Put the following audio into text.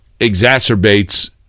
exacerbates